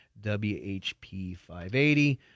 WHP580